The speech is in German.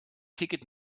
ticket